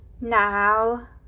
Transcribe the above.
now